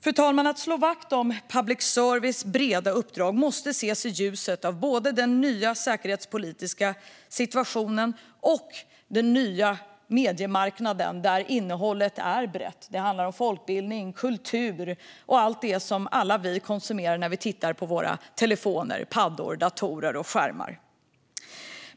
Fru talman! Att slå vakt om public services breda uppdrag måste ses i ljuset av både den nya säkerhetspolitiska situationen och den nya mediemarknaden där innehållet är brett. Det handlar om folkbildning, kultur och allt det som vi alla konsumerar när vi tittar på våra telefoner, paddor, datorer och skärmar.